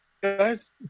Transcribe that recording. guys